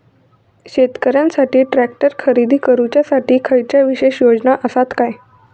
शेतकऱ्यांकसाठी ट्रॅक्टर खरेदी करुच्या साठी खयच्या विशेष योजना असात काय?